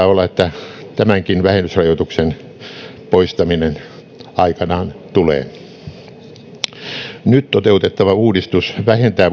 olla että tämänkin vähennysrajoituksen poistaminen aikanaan tulee nyt toteutettava uudistus vähentää